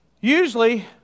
Usually